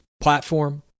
platform